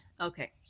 Okay